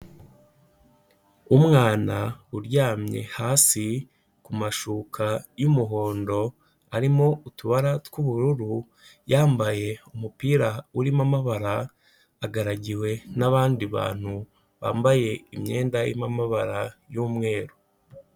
Umwana uryamye hasi ku mashuka y'umuhondo, harimo utubara tw'ubururu, yambaye umupira urimo amabara, agaragiwe n'abandi bantu bambaye imyenda irimo amabara y'umweru.